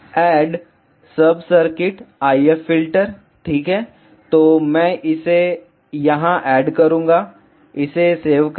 vlcsnap 2018 09 20 15h05m57s419 add सब circuit IF filter ठीक है तो मैं इसे यहां ऐड करूँगा इसे सेव करें